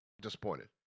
disappointed